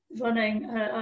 running